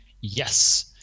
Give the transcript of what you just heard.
Yes